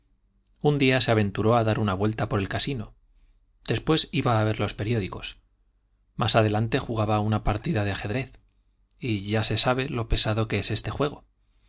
un día se aventuró a dar una vuelta por el casino después iba a ver los periódicos más adelante jugaba una partida de ajedrez y ya se sabe lo pesado que es este juego